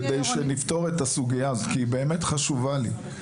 שנפתור את הסוגיה כי היא באמת חשובה לי.